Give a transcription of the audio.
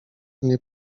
mnie